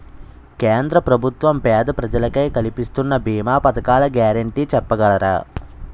కేంద్ర ప్రభుత్వం పేద ప్రజలకై కలిపిస్తున్న భీమా పథకాల గ్యారంటీ చెప్పగలరా?